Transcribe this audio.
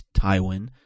Tywin